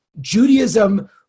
Judaism